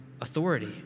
authority